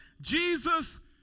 Jesus